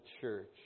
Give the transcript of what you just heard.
church